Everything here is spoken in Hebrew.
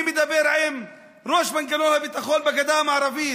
אני מדבר עם ראש מנגנון הביטחון בגדה המערבית,